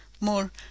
more